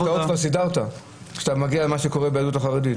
את האוניברסיטאות כבר סידרת שאתה מגיע למה שקורה ביהדות החרדית?